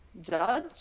judge